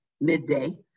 midday